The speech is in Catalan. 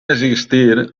existir